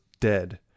dead